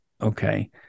Okay